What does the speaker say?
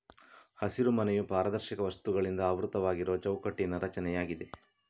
ಹಸಿರುಮನೆಯು ಪಾರದರ್ಶಕ ವಸ್ತುಗಳಿಂದ ಆವೃತವಾಗಿರುವ ಚೌಕಟ್ಟಿನ ರಚನೆಯಾಗಿದೆ